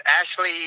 Ashley